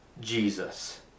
Jesus